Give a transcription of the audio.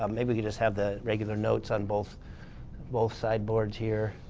um maybe we could just have the regular notes on both both sideboards here.